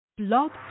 Blog